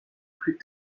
plus